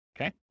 Okay